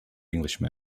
englishman